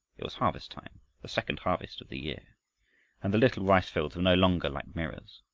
it was harvest-time the second harvest of the year and the little rice-fields were no longer like mirrors,